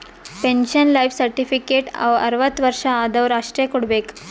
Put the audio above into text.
pension life certificate ಅರ್ವತ್ ವರ್ಷ ಆದ್ವರು ಅಷ್ಟೇ ಕೊಡ್ಬೇಕ